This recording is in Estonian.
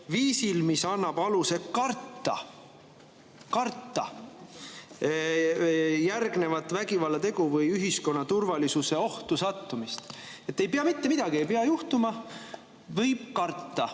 viisil, mis annab aluse karta – karta! – järgnevat vägivallategu või ühiskonna turvalisuse ohtu sattumist. Ei pea mitte midagi juhtuma! Võib karta.